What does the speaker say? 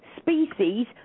species